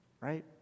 right